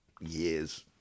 years –